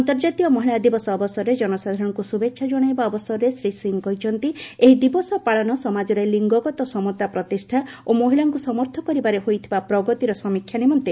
ଅନ୍ତର୍ଜାତୀୟ ମହିଳା ଦିବସ ଅବସରରେ ଜନସାଧାରଣଙ୍କୁ ଶୁଭେଚ୍ଛା ଜଣାଇବା ଅବସରରେ ଶ୍ରୀ ସିଂହ କହିଛନ୍ତି ଏହି ଦିବସ ପାଳନ ସମାଜରେ ଲିଙ୍ଗଗତ ସମତା ପ୍ରତିଷ୍ଠା ଓ ମହିଳାଙ୍କୁ ସମର୍ଥ କରିବାରେ ହୋଇଥିବା ପ୍ରଗତିର ସମୀକ୍ଷା ନିମନ୍ତେ ଏକ ଅବସର ଦେଇଥାଏ